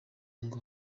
ngo